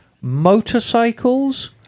motorcycles